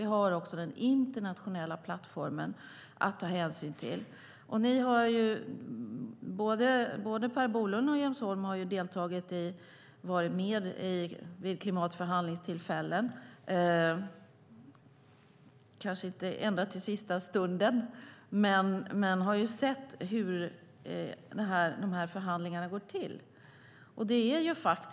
Vi har också den internationella plattformen att ta hänsyn till. Både Per Bolund och Jens Holm har varit med vid klimatförhandlingstillfällen, kanske inte ända till sista stunden, och sett hur förhandlingarna går till.